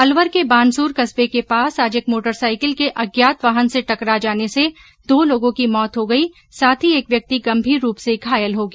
अलवर के बानसूर कस्बे के पास आज एक मोटरसाइकिल के अज्ञात वाहन से टकरा जाने से दो लोगों की मौत हो गयी साथ ही एक व्यक्ति गंभीर रूप से घायल हो गया